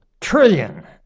trillion